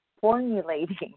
formulating